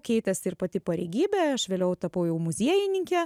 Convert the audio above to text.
keitėsi ir pati pareigybė aš vėliau tapau jau muziejininke